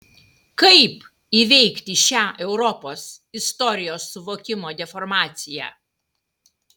kaip įveikti šią europos istorijos suvokimo deformaciją